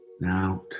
now